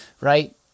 Right